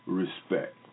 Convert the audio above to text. respect